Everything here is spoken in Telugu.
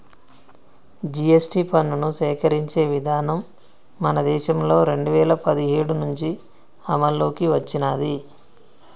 జీ.ఎస్.టి పన్నుని సేకరించే విధానం మన దేశంలో రెండు వేల పదిహేడు నుంచి అమల్లోకి వచ్చినాది